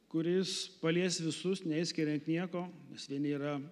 kuris palies visus neišskiriant nieko nes vieni yra